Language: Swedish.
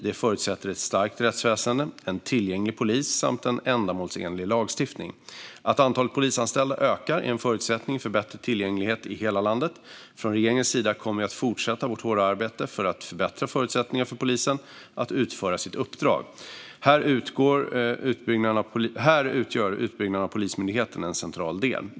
Det förutsätter ett starkt rättsväsen, en tillgänglig polis och en ändamålsenlig lagstiftning. Att antalet polisanställda ökar är en förutsättning för bättre tillgänglighet i hela landet. Från regeringens sida kommer vi att fortsätta vårt hårda arbete för att förbättra förutsättningarna för polisen att utföra sitt uppdrag. Här utgör utbyggnaden av Polismyndigheten en central del.